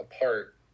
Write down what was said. apart